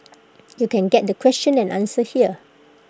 you can get the question and answer here